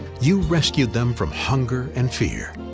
you rescued them from hunger and fear.